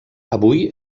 avui